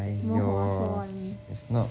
!aiyo! it's not